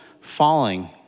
falling